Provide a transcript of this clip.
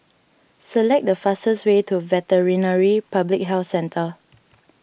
select the fastest way to Veterinary Public Health Centre